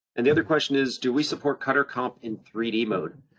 and the other question is, do we support cutter comp in three d mode?